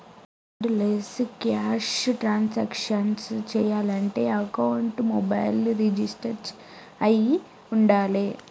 cardless cash transactions చెయ్యాలంటే అకౌంట్కి mobile register అయ్యి వుండాలే